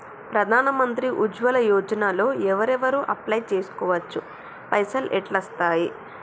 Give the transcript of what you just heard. ప్రధాన మంత్రి ఉజ్వల్ యోజన లో ఎవరెవరు అప్లయ్ చేస్కోవచ్చు? పైసల్ ఎట్లస్తయి?